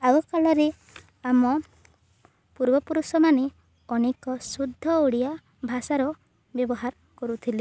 ଆଗ କାଳରେ ଆମ ପୂର୍ବପୁରୁଷମାନେ ଅନେକ ଶୁଦ୍ଧ ଓଡ଼ିଆ ଭାଷାର ବ୍ୟବହାର କରୁଥିଲେ